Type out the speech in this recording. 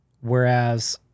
Whereas